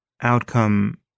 outcome